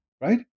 right